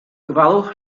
gofalwch